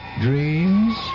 Dreams